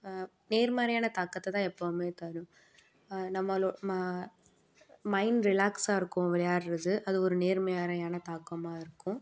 நேர்மறையான தாக்கத்தை தான் எப்பவும் தரும் நம்மளோ ம மைண்ட் ரிலாக்ஸ்ஸாக இருக்கும் விளையாடுறது அது ஒரு நேர்மறையான தாக்கமாக இருக்கும்